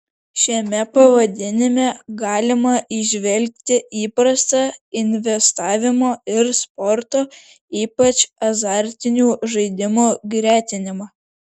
šiame pavadinime galima įžvelgti įprastą investavimo ir sporto ypač azartinių žaidimų gretinimą